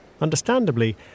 Understandably